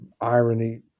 irony